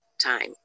time